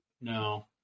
No